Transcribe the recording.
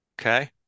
okay